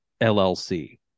LLC